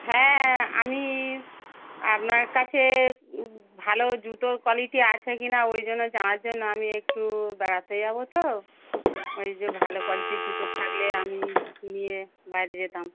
হ্যাঁ আমি আপনার কাছে ভালো জুতোর কোয়ালিটি আছে কি না ওই জন্য জানার জন্য আমি একটু বেড়াতে যাব তো ওই যে ভালো কোয়ালিটির জুতো থাকলে আমি নিয়ে বাইরে যেতাম